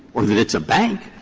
or that it's a bank.